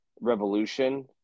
Revolution